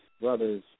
brothers